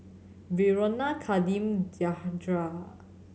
Verona Kadeem Diandra